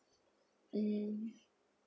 mm